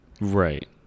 Right